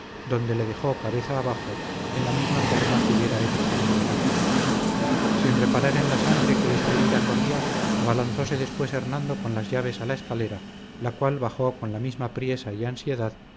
donde le dejó cabeza abajo en la misma forma que hubiera hecho con un venado sin reparar en la sangre que de su herida corría abalanzóse después hernando con las llaves a la escalera la cual bajó con la misma priesa y ansiedad